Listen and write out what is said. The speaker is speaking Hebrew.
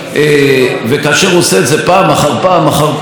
וכאשר הוא עושה את זה פעם אחר פעם אחר פעם,